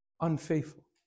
unfaithful